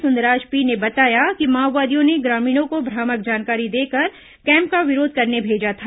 Bastar IG ने बताया कि माओवादियों ने ग्रामीणों को भ्रामक जानकारी देकर कैम्प का विरोध करने भेजा था